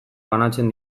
banatzen